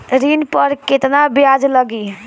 ऋण पर केतना ब्याज लगी?